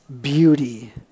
beauty